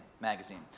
Magazine